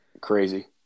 Crazy